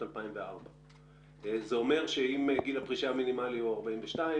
2004. זה אומר שאם גיל הפרישה המינימלי הוא 42,